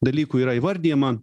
dalykų yra įvardijama